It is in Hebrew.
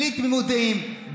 בלי תמימות דעים,